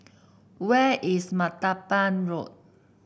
where is Martaban Road